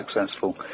successful